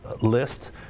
list